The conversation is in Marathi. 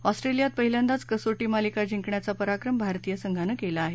ऑस्ट्रेलियात पहिल्यांदाच कसोटी मालिका जिंकण्याचा पराक्रम भारतीय संघानं केला आहे